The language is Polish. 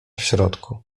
środku